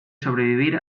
sobrevivir